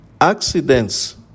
Accidents